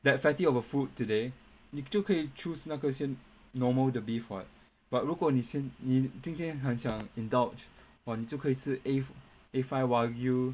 that fatty of a food today 你就可以 choose 那个先 normal 的 beef what but 如果你先你今天很想 indulge on 就可以吃 a a five wagyu